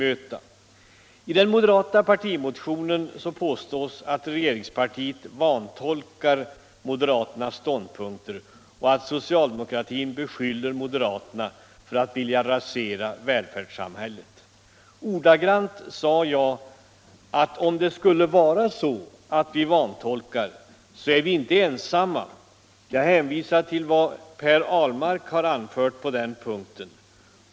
I den moderata partimotionen påstås att regeringspartiet vantolkar moderaternas ståndpunkter och att socialdemokratin beskyller moderaterna för att vilja rasera välfärdssamhället. Jag sade att om det skulle vara så att vi vantolkar så är vi inte ensamma om det. Jag hänvisar till vad Per Ahlmark har anfört på den här punkten.